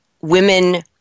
women